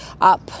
up